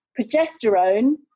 Progesterone